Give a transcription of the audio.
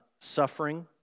suffering